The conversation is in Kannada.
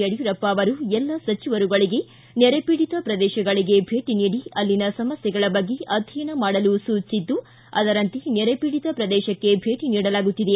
ಯಡಿಯೂರಪ್ಪ ಅವರು ಎಲ್ಲ ಸಚಿವರುಗಳಗೆ ನೆರೆಪೀಡಿತ ಪ್ರದೇಶಗಳಿಗೆ ಭೇಟಿ ನೀಡಿ ಅಲ್ಲಿನ ಸಮಸ್ಥೆಗಳ ಬಗ್ಗೆ ಅಧ್ಯಯನ ಮಾಡಲು ಸೂಚಿಸಿದ್ದು ಅದರಂತೆ ನೆರೆಪೀಡಿತ ಪ್ರದೇಶಕ್ಕೆ ಭೇಟಿ ನೀಡಲಾಗುತ್ತಿದೆ